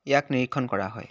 ইয়াক নিৰীক্ষণ কৰা হয়